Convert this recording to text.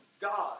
God